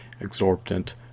exorbitant